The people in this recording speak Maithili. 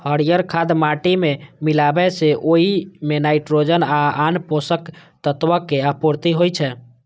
हरियर खाद माटि मे मिलाबै सं ओइ मे नाइट्रोजन आ आन पोषक तत्वक आपूर्ति होइ छै